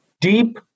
Deep